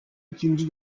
ikinci